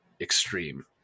extreme